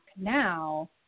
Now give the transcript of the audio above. now